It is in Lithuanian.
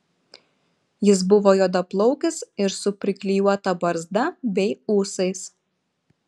jis buvo juodaplaukis ir su priklijuota barzda bei ūsais